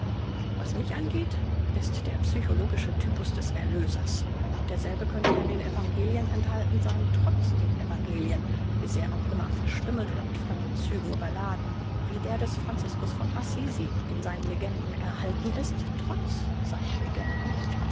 was mich angeht ist der psychologische typus des erlösers derselbe könnte ja in den evangelien enthalten sein trotz den evangelien wie sehr auch immer verstümmelt oder mit fremden zügen überladen wie der des franciscus von assisi in seinen legenden erhalten ist trotz seinen legenden